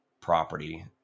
property